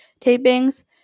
tapings